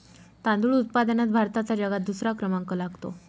तांदूळ उत्पादनात भारताचा जगात दुसरा क्रमांक लागतो